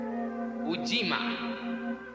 Ujima